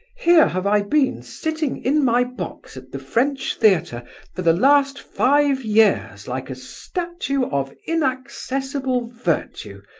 here have i been sitting in my box at the french theatre for the last five years like a statue of inaccessible virtue,